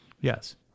Yes